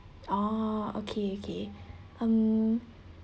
orh okay okay um